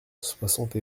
soixante